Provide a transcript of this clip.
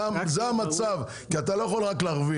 זה המצב, כי אתה לא יכול רק להרוויח.